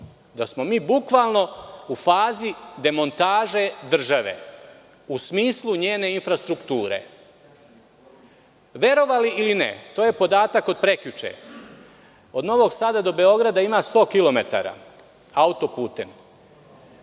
da smo mi bukvalno u fazi demontaže države u smislu njene infrastrukture. Verovali ili ne, to je podatak od prekjuče, od Novog Sada do Beograda ima 100 kilometara